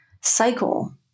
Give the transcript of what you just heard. cycle